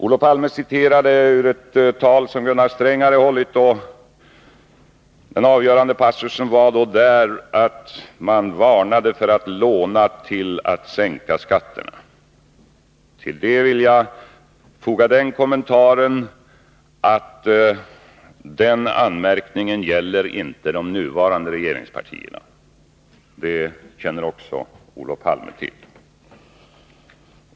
Olof Palme citerade ur ett tal som Gunnar Sträng hade hållit. Den avgörande passusen där var att man varnade för att låna pengar till att sänka skatterna. Till detta vill jag bara foga den kommentaren att den anmärkningen inte gäller de nuvarande regeringspartierna. Det känner Olof Palme också till.